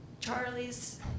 Charlie's